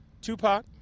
Tupac